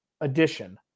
addition